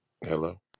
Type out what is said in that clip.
Hello